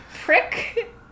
prick